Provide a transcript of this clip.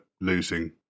losing